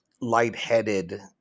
lightheaded